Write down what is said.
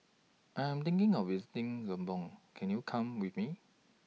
I Am thinking of visiting Lebanon Can YOU Go with Me